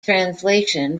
translation